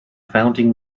founding